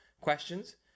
questions